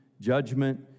judgment